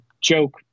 joke